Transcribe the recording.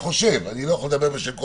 שר